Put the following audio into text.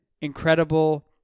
incredible